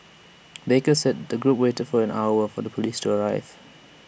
baker said the group waited for an hour for the Police to arrive